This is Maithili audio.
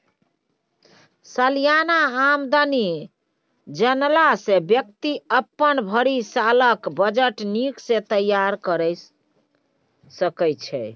सलियाना आमदनी जनला सँ बेकती अपन भरि सालक बजट नीक सँ तैयार कए सकै छै